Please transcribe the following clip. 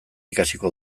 ikasiko